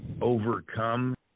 overcome